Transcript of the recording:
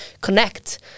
connect